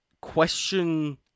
question